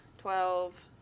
twelve